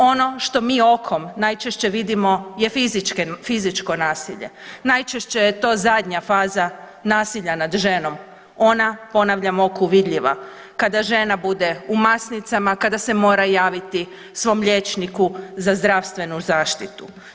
Ono što mi okom najčešće vidimo je fizičko nasilje, najčešće je to zadnja faza nasilja nad ženom, ona ponavljam oku vidljiva kada žena bude u masnicama, kada se mora javiti svom liječniku za zdravstvenu zaštitu.